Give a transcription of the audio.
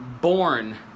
Born